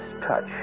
touch